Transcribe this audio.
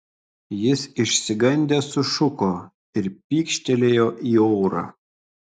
jis išsigandęs sušuko ir pykštelėjo į orą